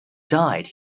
died